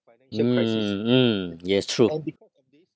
mm mm yes true